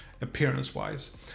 appearance-wise